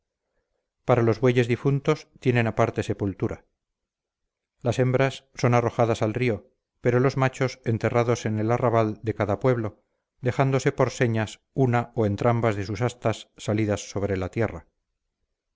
para los bueyes difuntos tienen aparte sepultura las hembras son arrojadas al río pero los machos enterrados en el arrabal da cada pueblo dejándose por señas una o entrambas de sus astas salidas sobre la tierra